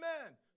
Amen